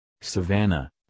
Savannah